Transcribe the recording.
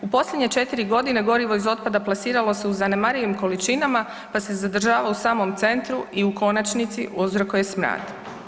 U posljednje 4 godine, gorivo iz otpada plasiralo se u zanemarivim količinama pa se zadržava u samom centru i u konačnici uzrokuje smrad.